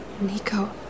Nico